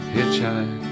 Hitchhike